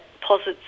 posits